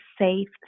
safe